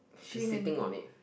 green and blue